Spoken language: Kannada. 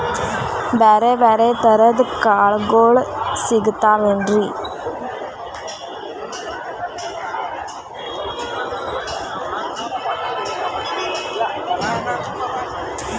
ಬ್ಯಾರೆ ಬ್ಯಾರೆ ತರದ್ ಕಾಳಗೊಳು ಸಿಗತಾವೇನ್ರಿ?